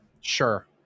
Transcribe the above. Sure